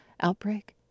outbreak